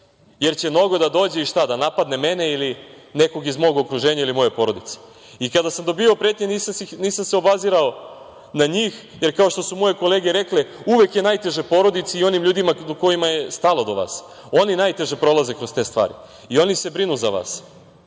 jer će Nogo da dođe i da napadne mene ili nekog iz mog okruženja ili moje porodice. Kada sam dobijao pretnje nisam se obazirao na njih, jer, kao što su moje kolege rekle, uvek je najteže porodici i onim ljudima kojima je stalo do vas, oni najteže prolaze kroz te stvari i oni se brinu za vas.